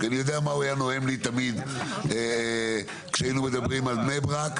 כי אני יודע מה הוא היה נואם לי תמיד כשהיינו מדברים על בני ברק.